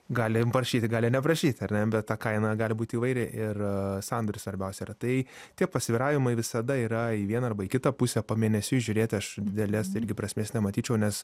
gali prašyti gali neprašyti ar ne bet ta kaina gali būt įvairi ir sandoris svarbiausia yra tai tie pasvyravimai visada yra į vieną arba į kitą pusę pamėnesiui žiūrėti aš didelės irgi prasmės nematyčiau nes